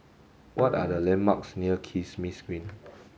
what are the landmarks near Kismis Green